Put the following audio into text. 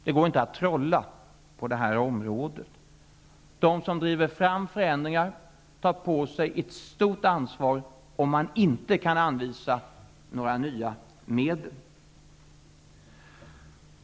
Det går inte att trolla på det här området. De som driver fram förändringar tar på sig ett stort ansvar om man inte kan anvisa några nya medel.